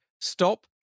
stop